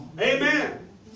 Amen